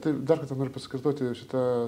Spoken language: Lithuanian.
tai dar kartą noriu pasikartoti šita